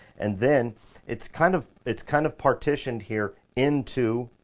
and then it's kind of, it's kind of partitioned here into,